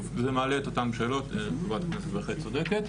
זה מעלה את אותן שאלות וחברת הכנסת אכן צודקת.